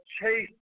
chase